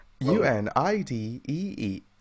U-N-I-D-E-E